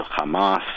Hamas